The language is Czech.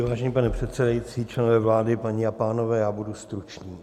Vážený pane předsedající, členové vlády, paní a pánové, budu stručný.